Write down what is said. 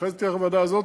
אחרי זה תלך לוועדה הזאת,